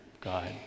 God